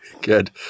Good